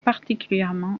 particulièrement